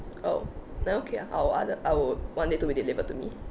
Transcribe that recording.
oh then okay ah I would order I would want it to be delivered to me